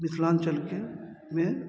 मिथिलाञ्चलके मे